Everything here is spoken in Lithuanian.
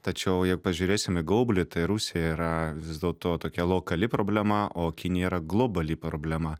tačiau jei pažiūrėsim į gaublį tai rusija yra vis dėlto tokia lokali problema o kinija yra globali problema